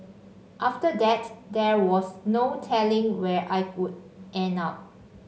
after that there was no telling where I would end up